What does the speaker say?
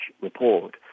Report